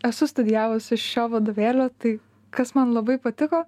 esu studijavusi iš šio vadovėlio tai kas man labai patiko